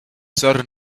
sir